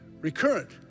recurrent